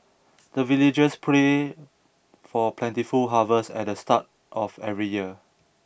the villagers pray for plentiful harvest at the start of every year